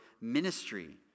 ministry